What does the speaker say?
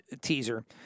teaser